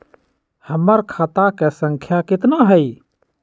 हमर खाता के सांख्या कतना हई?